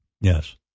Yes